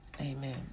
Amen